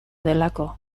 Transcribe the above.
delako